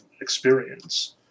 experience